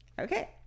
Okay